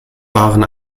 waren